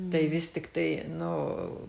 tai vis tiktai nu